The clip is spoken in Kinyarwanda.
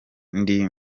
ndi